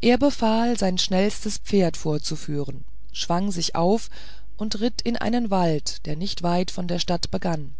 er befahl sein schnellstes pferd vorzuführen schwang sich auf und ritt in einen wald der nicht weit von der stadt begann